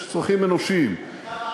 יש צרכים אנושיים, הייתה ועדה הומניטרית.